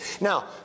Now